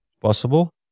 possible